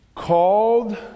called